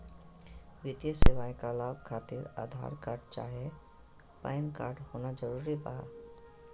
वित्तीय सेवाएं का लाभ खातिर आधार कार्ड चाहे पैन कार्ड होना जरूरी बा?